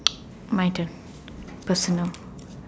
my turn personal